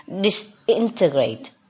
disintegrate